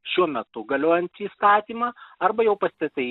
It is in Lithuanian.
šiuo metu galiojantį įstatymą arba jau pastatai